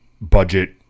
budget